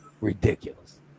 Ridiculous